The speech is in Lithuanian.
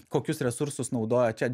kokius resursus naudoja čia